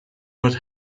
what